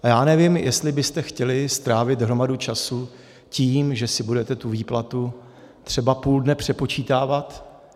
A nevím, jestli byste chtěli strávit hromadu času tím, že si budete výplatu třeba půl dne přepočítávat.